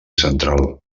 central